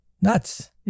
nuts